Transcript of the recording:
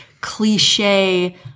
cliche